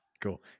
cool